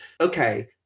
okay